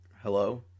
hello